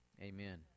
amen